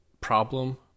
problem